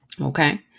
Okay